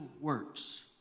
works